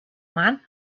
man